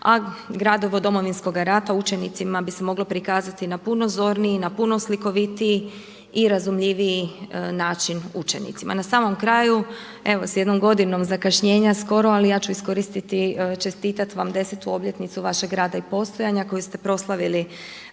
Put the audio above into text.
a gradivo Domovinskog rata učenicima bi se moglo prikazati na puno zorniji, na puno slikovitiji i razumljiviji način učenicima. Na samom kraju evo s jednom godinom zakašnjenja skoro ali ja ću iskoristiti čestitat vam desetu obljetnicu vašeg rada i postojanja koju ste proslavili